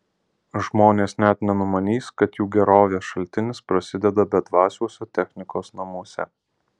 žmonės net nenumanys kad jų gerovės šaltinis prasideda bedvasiuose technikos namuose